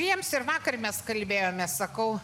jiems ir vakar mes kalbėjomės sakau